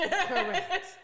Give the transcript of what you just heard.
Correct